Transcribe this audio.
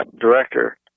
director